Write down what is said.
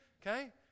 Okay